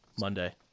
Monday